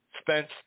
Spence